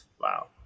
Wow